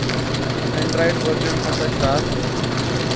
Android version ہسا چھُ اتھ ٹین